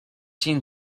seen